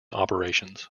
operations